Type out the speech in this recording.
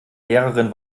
lehrerin